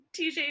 TJ